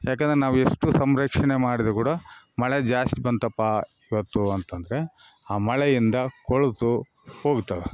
ಯಾಕಂದ್ರೆ ನಾವು ಎಷ್ಟು ಸಂರಕ್ಷಣೆ ಮಾಡಿದ್ರು ಕೂಡ ಮಳೆ ಜಾಸ್ತಿ ಬಂತಪ್ಪಾ ಇವತ್ತು ಅಂತಂದರೆ ಆ ಮಳೆಯಿಂದ ಕೊಳೆತು ಹೋಗ್ತವೆ